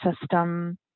system